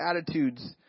attitudes